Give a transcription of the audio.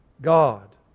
God